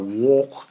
walk